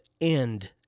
end